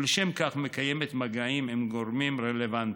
ולשם כך מקיימת מגעים עם גורמים רלוונטיים.